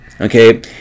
okay